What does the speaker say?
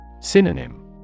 Synonym